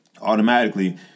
Automatically